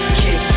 kick